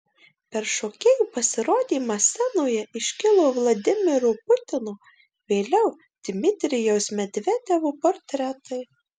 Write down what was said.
per šokėjų pasirodymą scenoje iškilo vladimiro putino vėliau dmitrijaus medvedevo portretai